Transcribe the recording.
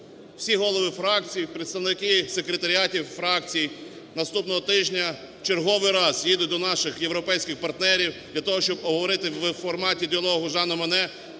Всі голови фракцій, представники секретаріатів фракцій наступного тижня в черговий раз їдуть до наших європейських партнерів для того, щоб обговорити в форматі діалогу "Жана Моне"